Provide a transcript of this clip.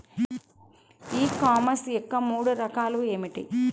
ఈ కామర్స్ యొక్క మూడు రకాలు ఏమిటి?